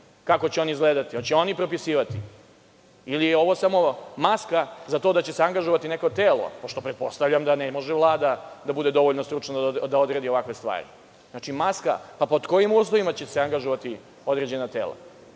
kako će on izgledati? Hoće li oni propisivati ili je ovo samo maska za to da će se angažovati neko telo? Pretpostavljam da ne može Vlada da bude dovoljno stručna da odredi ovakve stvari. Pod kojim uslovima će se angažovati određena tela?